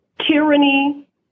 tyranny